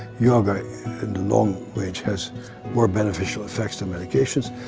yoga in the long reach, has more beneficial effects than medications.